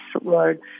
Lord